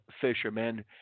fishermen